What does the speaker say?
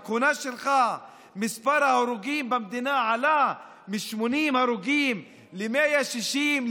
בכהונה שלך מספר ההרוגים במדינה עלה מ-80 הרוגים ל-160,